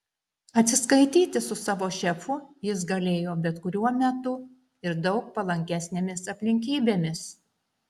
atsiskaityti su savo šefu jis galėjo bet kuriuo metu ir daug palankesnėmis aplinkybėmis